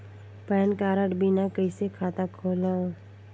Pan card बिना कइसे खाता खोलव?